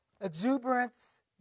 exuberance